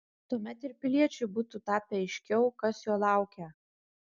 tuomet ir piliečiui būtų tapę aiškiau kas jo laukia